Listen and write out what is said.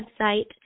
website